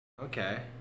Okay